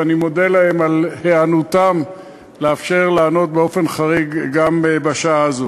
ואני מודה להם על היענותם לאפשר לענות באופן חריג גם בשעה הזאת.